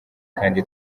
kandi